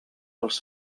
els